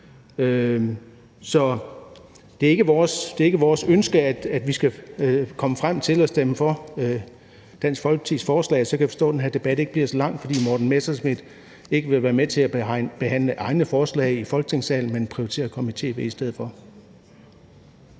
Så det er ikke vores ønske, at vi skal komme frem til at stemme for Dansk Folkepartis forslag. Og så kan jeg forstå, at den her debat ikke bliver så lang, fordi hr. Morten Messerschmidt ikke vil være med til at behandle egne forslag i Folketingssalen, men prioriterer at komme i tv i stedet for.